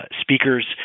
speakers